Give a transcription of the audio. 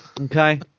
okay